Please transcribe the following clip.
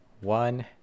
One